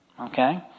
Okay